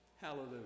Hallelujah